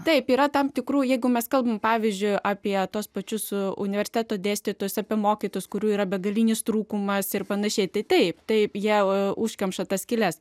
taip yra tam tikrų jeigu mes kalbame pavyzdžiui apie tuos pačius universiteto dėstytojus apie mokytojus kurių yra begalinis trūkumas ir pan tai taip taip jie užkemša tas skyles